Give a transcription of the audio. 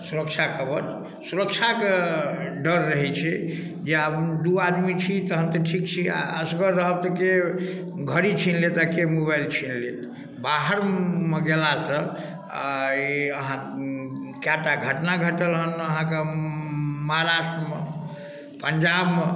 सुरक्षाकवच सुरक्षाके डर रहै छै या दू आदमी छी तखन तऽ ठीक छी आ असगर रहब तऽ के घड़ी छीन लेता आ के मोबाइल छीन लेत बाहर गेलासऽ आ ई अहाँके कएटा घटना घटलहन अहाँके महाराष्ट्रमे पञ्जाबमे